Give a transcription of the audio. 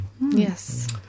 Yes